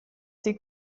die